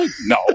no